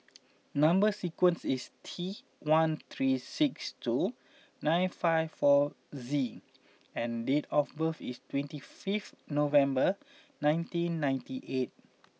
number sequence is T one three six two nine five four Z and date of birth is twenty five November nineteen ninety eight